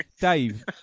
Dave